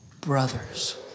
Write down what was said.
brothers